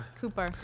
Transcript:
Cooper